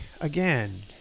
again